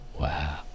Wow